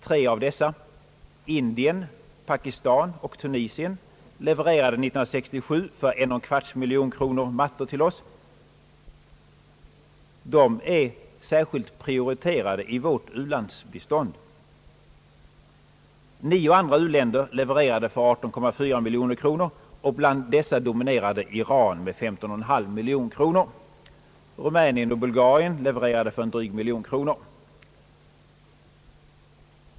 Tre av dessa — Indien, Pakistan och Tunisien — levererade 1967 för 1,25 miljon kronor mattor till oss. De är särskilt prioriterade i vårt u-landsbistånd. Nio andra u-länder levererade för 18,4 miljoner kronor och bland dessa dominerade Iran med 15,5 miljoner kronor. Rumänien och Bulgarien levererade för en dryg miljon kronor.